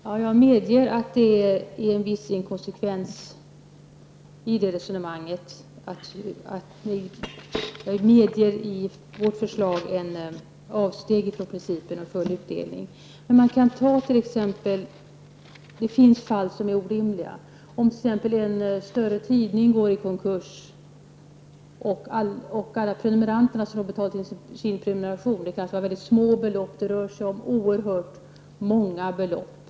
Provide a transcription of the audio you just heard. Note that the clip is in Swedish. Herr talman! Jag medger att det är en viss inkonsekvens i resonemanget. I vårt förslag finns det ett avsteg från principen om full utdelning. Det finns emellertid fall som är orimliga. Man kan ta exemplet med en större tidning som går i konkurs. Alla prenumeranter har betalat in sin prenumerationsavgift, och det kan tänkas röra sig om små men oerhört många belopp.